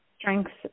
strengths